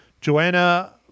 Joanna